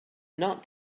not